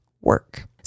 work